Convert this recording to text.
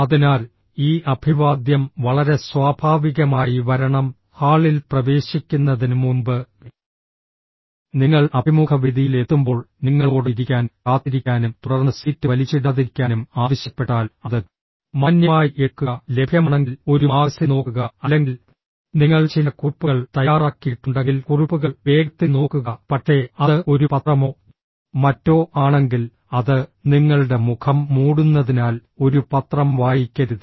അതിനാൽ ഈ അഭിവാദ്യം വളരെ സ്വാഭാവികമായി വരണം ഹാളിൽ പ്രവേശിക്കുന്നതിന് മുമ്പ് നിങ്ങൾ അഭിമുഖ വേദിയിൽ എത്തുമ്പോൾ നിങ്ങളോട് ഇരിക്കാൻ കാത്തിരിക്കാനും തുടർന്ന് സീറ്റ് വലിച്ചിടാതിരിക്കാനും ആവശ്യപ്പെട്ടാൽ അത് മാന്യമായി എടുക്കുക ലഭ്യമാണെങ്കിൽ ഒരു മാഗസിൻ നോക്കുക അല്ലെങ്കിൽ നിങ്ങൾ ചില കുറിപ്പുകൾ തയ്യാറാക്കിയിട്ടുണ്ടെങ്കിൽ കുറിപ്പുകൾ വേഗത്തിൽ നോക്കുക പക്ഷേ അത് ഒരു പത്രമോ മറ്റോ ആണെങ്കിൽ അത് നിങ്ങളുടെ മുഖം മൂടുന്നതിനാൽ ഒരു പത്രം വായിക്കരുത്